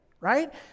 right